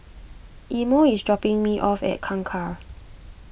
Imo is dropping me off at Kangkar